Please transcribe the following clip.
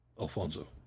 Alfonso